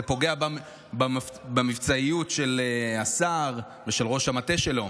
זה פוגע במבצעיות של השר ושל ראש המטה שלו,